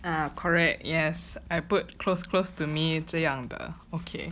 ah correct yes I put close close to me 这样的 okay